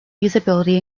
usability